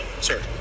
sir